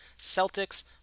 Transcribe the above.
Celtics